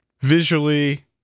visually